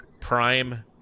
prime